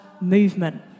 movement